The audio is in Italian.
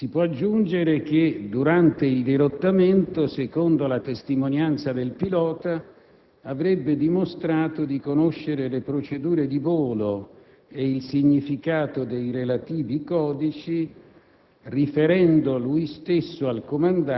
Si può aggiungere che, durante il dirottamento (secondo la testimonianza del pilota), avrebbe dimostrato di conoscere le procedure di volo e il significato dei relativi codici,